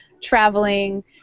traveling